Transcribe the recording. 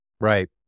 Right